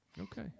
Okay